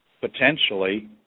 potentially